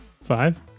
five